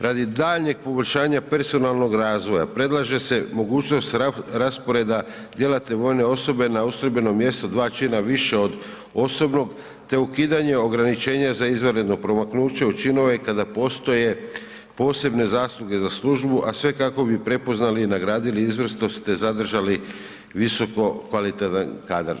Radi daljnjeg poboljšanja personalnog razvoja predlaže se mogućnost rasporeda djelatne vojne osobe na ustrojbeno mjesto dva čina više od osobnog, te ukidanje ograničenja za izvanredno promaknuće u činove kada postoje posebne zasluge za službu, a sve kako bi prepoznali i nagradili izvrsnost, te zadržali visoko kvalitetan kadar.